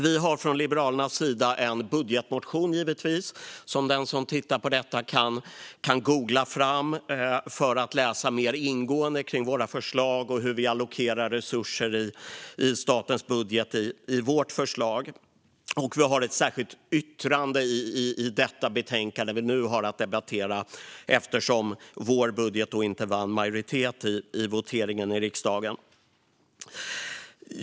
Vi har från Liberalernas sida en budgetmotion, givetvis, som den som tittar på detta kan googla fram för att läsa mer ingående om våra förslag och hur vi i dessa allokerar resurser i statens budget. Vi har också ett särskilt yttrande i det betänkande som vi nu har att debattera, eftersom vår budget inte vann majoritet vid voteringen i riksdagen.